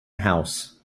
house